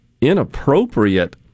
inappropriate